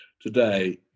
today